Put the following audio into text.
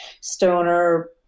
stoner